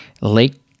Lake